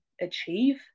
achieve